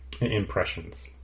impressions